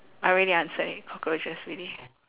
I already answered it cockroaches really